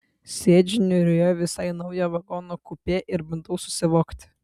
sėdžiu niūrioje visai naujo vagono kupė ir bandau susivokti